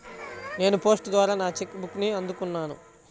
నేను పోస్ట్ ద్వారా నా చెక్ బుక్ని అందుకున్నాను